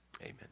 Amen